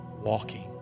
walking